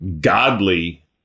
godly